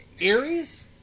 Aries